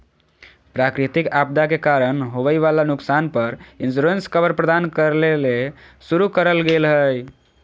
प्राकृतिक आपदा के कारण होवई वला नुकसान पर इंश्योरेंस कवर प्रदान करे ले शुरू करल गेल हई